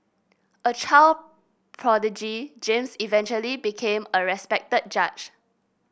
a child prodigy James eventually became a respected judge